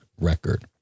record